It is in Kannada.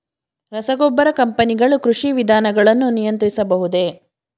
ರಸಗೊಬ್ಬರ ಕಂಪನಿಗಳು ಕೃಷಿ ವಿಧಾನಗಳನ್ನು ನಿಯಂತ್ರಿಸಬಹುದೇ?